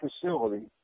facility